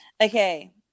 Okay